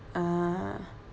ah